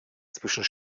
zwischen